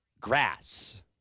grass